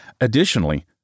Additionally